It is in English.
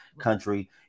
country